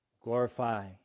Glorify